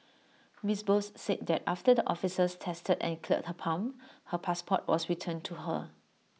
miss Bose said that after the officers tested and cleared her pump her passport was returned to her